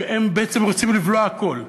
שהם בעצם רוצים לבלוע הכול.